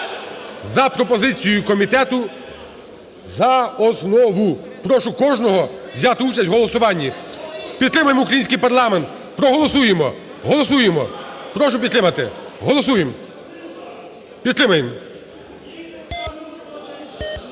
за пропозицією комітету за основу. Прошу кожного взяти участь в голосуванні. Підтримаємо український парламент, проголосуємо! Голосуємо. Прошу підтримати. Голосуєм! Підтримаєм.